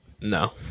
No